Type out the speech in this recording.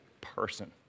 person